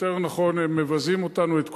יותר נכון הם מבזים אותנו, את כולנו.